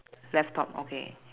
left top okay